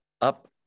up